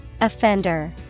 Offender